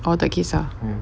awak tak kesah